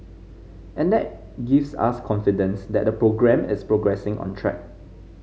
and that gives us confidence that the programme is progressing on track